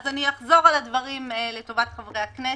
אחזור על הדברים לטובת חברי הכנסת.